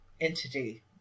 entity